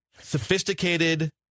Sophisticated